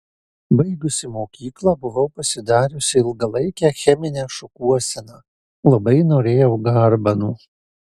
baigusi mokyklą buvau pasidariusi ilgalaikę cheminę šukuoseną labai norėjau garbanų